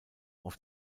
auf